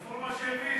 רפורמה של מי?